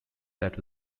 that